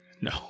no